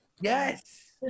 Yes